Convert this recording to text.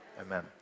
Amen